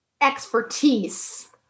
expertise